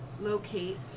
locate